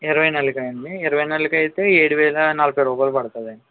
ఇరవై నెలలకి అండి ఇరవై నెలలకి అయితే ఏడువేల నలభై రూపాయలు పడుతుంది అండి